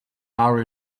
are